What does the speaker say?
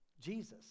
Jesus